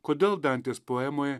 kodėl dantės poemoje